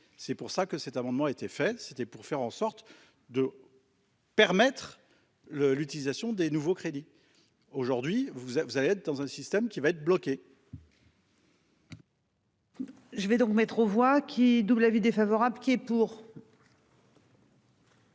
C'est pour ça que cet amendement était fait, c'était pour faire en sorte de.-- Permettre le l'utilisation des nouveaux crédits aujourd'hui vous, vous allez être dans un système qui va être bloqué.-- Je vais donc mettre aux voix qui double avis défavorable qui est pour.